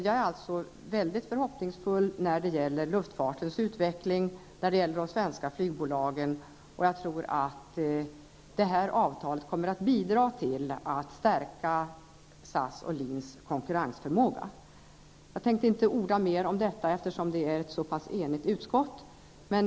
Jag är alltså förhoppningsfull när det gäller luftfartens utveckling och de svenska flygbolagen. Detta avtal kommer att bidra till att stärka SAS och Jag tänker inte orda mer om detta, eftersom utskottet är så pass enigt.